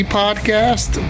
podcast